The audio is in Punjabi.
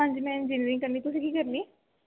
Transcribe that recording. ਹਾਂਜੀ ਮੈਂ ਇੰਜੀਨੀਅਰਿੰਗ ਕਰਨੀ ਤੁਸੀਂ ਕੀ ਕਰਨੀ